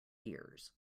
years